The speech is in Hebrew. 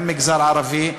גם המגזר הערבי,